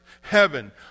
heaven